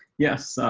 yes,